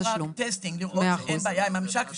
אנחנו עושים רק טסטינג, לראות שאין בעיה עם הממשק.